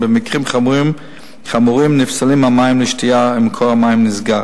ובמקרים חמורים נפסלים המים לשתייה ומקור המים נסגר.